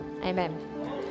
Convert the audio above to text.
amen